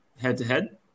head-to-head